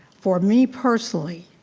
for me personally,